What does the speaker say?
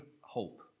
hope